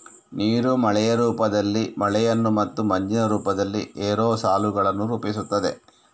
ನೀರು ಮಳೆಯ ರೂಪದಲ್ಲಿ ಮಳೆಯನ್ನು ಮತ್ತು ಮಂಜಿನ ರೂಪದಲ್ಲಿ ಏರೋಸಾಲುಗಳನ್ನು ರೂಪಿಸುತ್ತದೆ